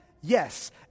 Yes